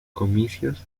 comicios